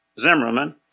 Zimmerman